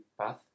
path